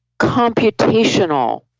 computational